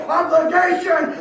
obligation